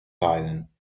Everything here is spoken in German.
feilen